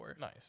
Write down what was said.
Nice